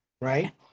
right